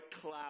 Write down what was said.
cloud